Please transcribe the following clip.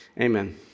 Amen